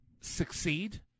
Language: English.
succeed